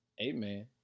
Amen